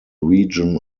region